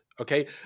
okay